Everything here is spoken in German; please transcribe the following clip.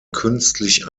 künstlich